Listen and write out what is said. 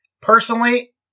personally